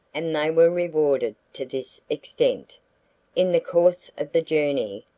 and they were rewarded to this extent in the course of the journey,